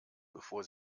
bevor